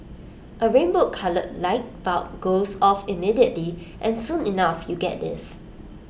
A rainbow coloured light bulb goes off immediately and soon enough you get this